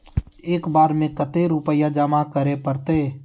एक बार में कते रुपया जमा करे परते?